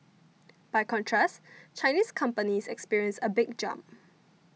by contrast Chinese companies experienced a big jump